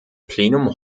plenum